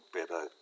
better